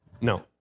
No